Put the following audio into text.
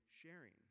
sharing